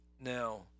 Now